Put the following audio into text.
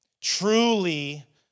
Truly